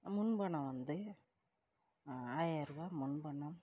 முன்பணம் வந்து ஆயிரம் ருபா முன்பணம்